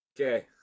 okay